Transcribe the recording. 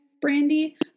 Brandy